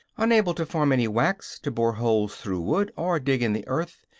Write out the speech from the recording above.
unable to form any wax, to bore holes through wood or dig in the earth,